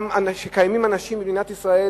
במדינת ישראל